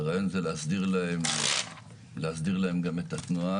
והרעיון הוא ולהסדיר להם גם את התנועה,